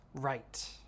right